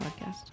Podcast